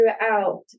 throughout